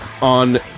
On